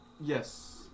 Yes